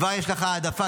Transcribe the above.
כבר יש לך העדפה,